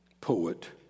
poet